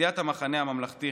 סיעת המחנה הממלכתי,